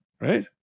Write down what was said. Right